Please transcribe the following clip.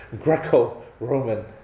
Greco-Roman